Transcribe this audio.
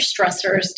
stressors